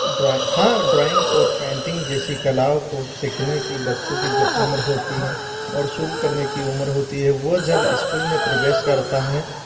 drawing हाँ drawing और painting जैसी कलाओं को सीखने की बच्चों की जो उम्र होती हैं और शुरू करने की उम्र होती है वह जब स्कूल में प्रवेश करता हैं